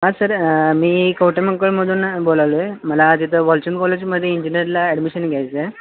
हां सर मी कवटेमहाकाळमधून बोलायलोय मला तिथं वालचंद कॉलेजमध्ये इंजिनियरला ॲडमिशन घ्यायचं आहे